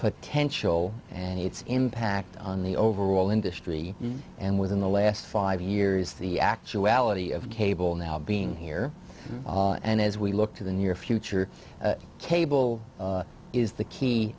potential and its impact on the overall industry and within the last five years the actuality of cable now being here and as we look to the near future cable is the key